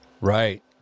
Right